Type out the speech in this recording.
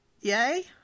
yay